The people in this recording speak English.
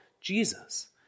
Jesus